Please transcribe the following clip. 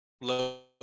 low